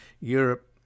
Europe